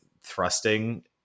thrusting